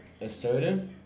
Assertive